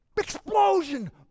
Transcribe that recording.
explosion